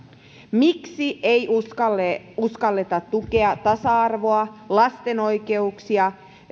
miksi ei uskalleta tukea tasa arvoa lasten oikeuksia